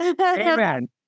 Amen